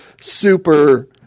super